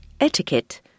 Etiquette